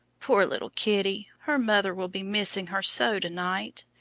poor little kitty, her mother will be missing her so to-night!